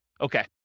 Okay